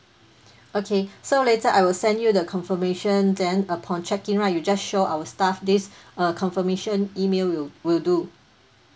okay so later I will send you the confirmation then upon check in right you just show our staff this uh confirmation email will will do